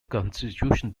constitution